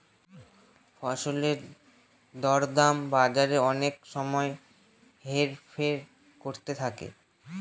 ফসলের দর দাম বাজারে অনেক সময় হেরফের করতে থাকে